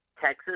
Texas